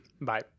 bye